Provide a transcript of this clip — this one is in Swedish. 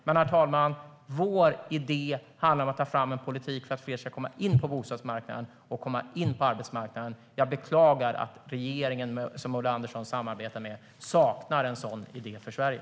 Men, herr talman, vår idé handlar om att ta fram en politik för att fler ska komma in på bostadsmarknaden och komma in på arbetsmarknaden. Jag beklagar att den regering som Ulla Andersson samarbetar med saknar en sådan idé för Sverige.